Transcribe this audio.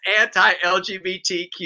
anti-LGBTQ